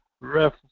ref